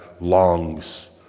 longs